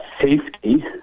safety